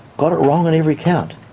got it wrong on every count.